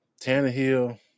Tannehill